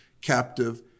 captive